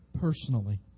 personally